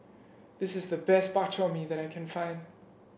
this is the best Bak Chor Mee that I can find